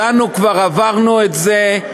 וכולנו כבר עברנו את זה,